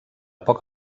poc